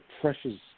pressure's